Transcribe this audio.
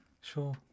Sure